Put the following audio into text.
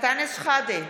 אנטאנס שחאדה,